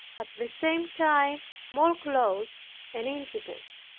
at the same time more close and intimate.